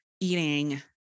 eating